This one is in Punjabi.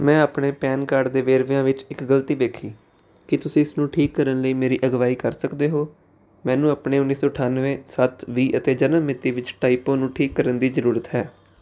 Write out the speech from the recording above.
ਮੈਂ ਆਪਣੇ ਪੈਨ ਕਾਰਡ ਦੇ ਵੇਰਵਿਆਂ ਵਿੱਚ ਇੱਕ ਗਲਤੀ ਵੇਖੀ ਕੀ ਤੁਸੀਂ ਇਸ ਨੂੰ ਠੀਕ ਕਰਨ ਲਈ ਮੇਰੀ ਅਗਵਾਈ ਕਰ ਸਕਦੇ ਹੋ ਮੈਨੂੰ ਆਪਣੇ ਉੱਨੀ ਸੋ ਅਠਾਨਵੇਂ ਸੱਤ ਵੀਹ ਅਤੇ ਜਨਮ ਮਿਤੀ ਵਿੱਚ ਟਾਈਪੋ ਨੂੰ ਠੀਕ ਕਰਨ ਦੀ ਜ਼ਰੂਰਤ ਹੈ